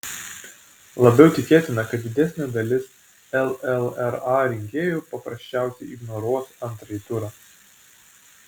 labiau tikėtina kad didesnė dalis llra rinkėjų paprasčiausiai ignoruos antrąjį turą